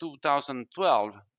2012